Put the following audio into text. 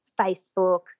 Facebook